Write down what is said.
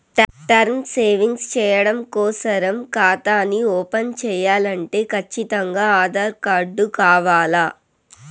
term savings చెయ్యడం కోసరం కాతాని ఓపన్ చేయాలంటే కచ్చితంగా ఆధార్ కార్డు కావాల్ల